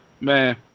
man